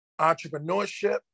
entrepreneurship